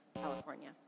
California